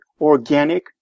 organic